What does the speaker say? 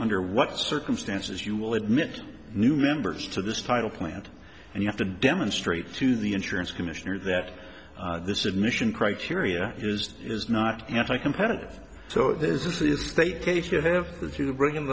under what circumstances you will admit new members to this title plant and you have to demonstrate to the insurance commissioner that this admission criteria is is not anti competitive so this is a state case you have to bring